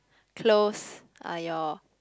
close are your